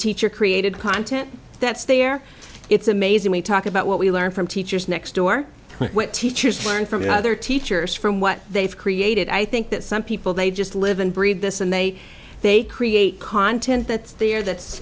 teacher created content that's there it's amazing we talk about what we learn from teachers next door what teachers learn from other teachers from what they've created i think that some people they just live and breathe this and they they create content that's there that's